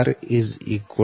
0172 112 1